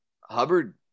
hubbard